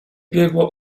biegło